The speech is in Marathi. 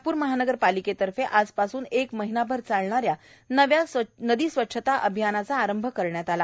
नागपूर महानगरपालिकेतर्फे आजपासून एक महिनाभर चालणा या नवी स्वच्छता अभियानाचा आरंभ करण्यात आला